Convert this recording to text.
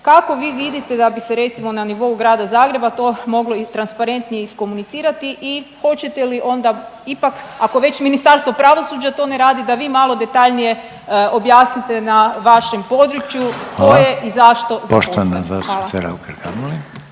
kako vi vidite da bi se recimo na nivou Grada Zagreba to moglo i transparentnije iskomunicirati i hoćete li onda ipak, ako već Ministarstvo pravosuđa to ne radi, da vi malo detaljnije objasnite na vašem području…/Upadica Reiner: Hvala/…tko je i zašto zaposlen, hvala.